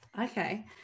okay